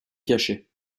cachet